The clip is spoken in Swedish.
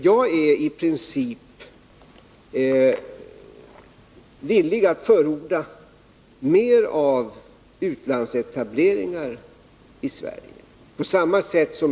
Jag är alltså i princip villig att förorda fler utländska etableringar i Sverige.